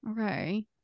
Okay